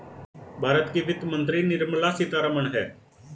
भारत की वित्त मंत्री निर्मला सीतारमण है